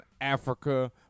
Africa